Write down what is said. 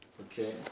Okay